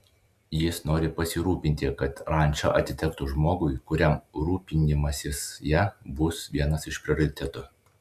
jis nori pasirūpinti kad ranča atitektų žmogui kuriam rūpinimasis ja bus vienas iš prioritetų